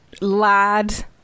lad